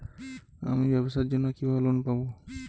আমি ব্যবসার জন্য কিভাবে লোন পাব?